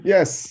Yes